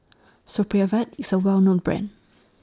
Supravit IS A Well known Brand